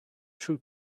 true